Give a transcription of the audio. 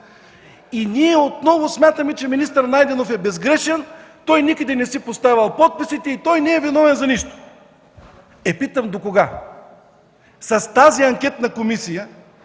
Ние отново смятаме, че министър Найденов е безгрешен. Той никъде не си е поставил подписа и той не е виновен за нищо! Е, питам: докога? В тази анкетна комисия